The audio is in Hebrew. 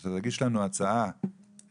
שאתה תגיש לנו הצעה מעשית,